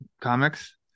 comics